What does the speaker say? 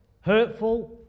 hurtful